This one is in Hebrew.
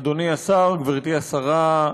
אדוני השר, גברתי השרה,